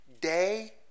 day